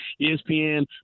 ESPN